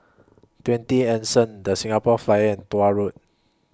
twenty Anson The Singapore Flyer and Tuah Road